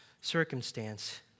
circumstance